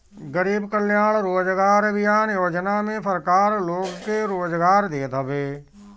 गरीब कल्याण रोजगार अभियान योजना में सरकार लोग के रोजगार देत हवे